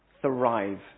Thrive